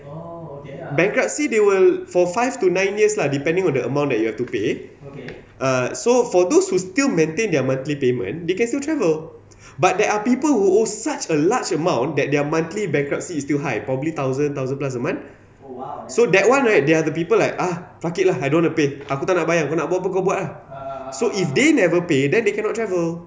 bankruptcy they will for five to nine years lah depending on the amount that you have to pay err so for those who still maintain their monthly payment they can still travel but there are people who owe such a large amount that their monthly bankruptcy is still high probably thousand thousand plus a month so that [one] right they are the people like ah fuck it lah I don't want to pay aku tak nak bayar kau nak buat apa kau buat ah so if they never pay then they cannot travel